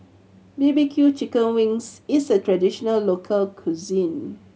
B B Q chicken wings is a traditional local cuisine